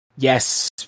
yes